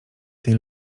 tej